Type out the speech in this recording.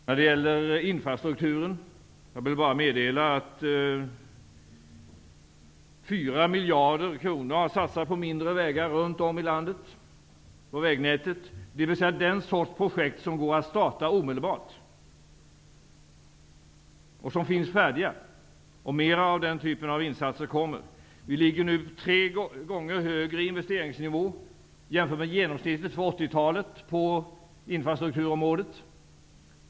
När det gäller infrastrukturen vill jag bara meddela att 4 miljarder kronor har satsats på mindre vägar i vårt vägnät runt om i landet. Det är den typ av projekt som ligger färdiga och som kan startas omedelbart. Mera av den typen av insatser kommer. Vi har nu en tre gånger högre investeringsnivå än genomsnittet för 80-talet på infrastrukturområdet.